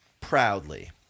proudly